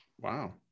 Wow